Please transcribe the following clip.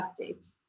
updates